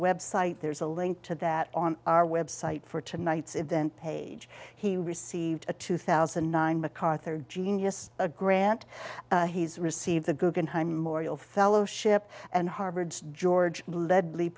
website there's a link to that on our website for tonight's event page he received a two thousand and nine macarthur genius a grant he's received the guggenheim morial fellowship and harvard's george ledle